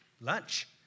lunch